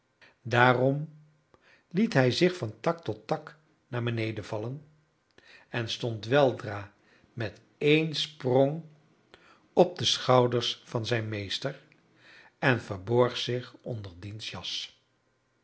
daarom liet hij zich van tak tot tak naar beneden vallen en stond weldra met één sprong op de schouders van zijn meester en verborg zich onder diens jas